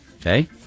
Okay